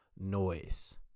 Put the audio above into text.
noise